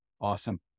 Awesome